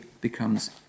becomes